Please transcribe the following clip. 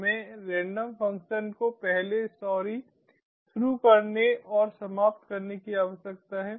हमें random function को पहले सॉरी शुरू करने और समाप्त करने की आवश्यकता है